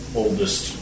oldest